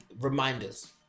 reminders